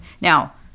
Now